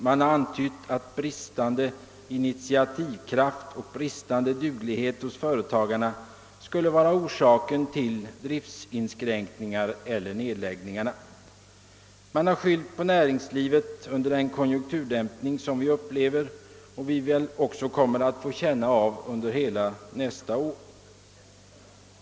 Man har ansett att bristande initiativkraft och duglighet hos företagarna skulle vara orsaken till driftinskränkningarna eller nedläggningarna. Man har skyllt på näringslivet under den konjunkturdämpning som vi upplevat och väl också kommer att få känna av under hela nästa år.